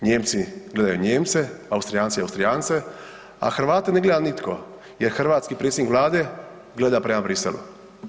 Nijemci gledaju Nijemce, Austrijanci Austrijance, a Hrvate ne gleda nitko jer hrvatski predsjednik vlade gleda prema Briselu.